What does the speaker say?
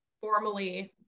formally